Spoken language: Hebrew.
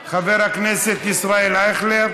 חבר הכנסת ישראל אייכלר.